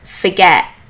forget